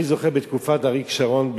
אני זוכר בתקופת אריק שרון,